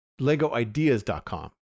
Legoideas.com